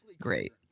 great